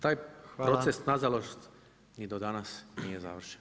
Taj proces nažalost ni do danas nije završen.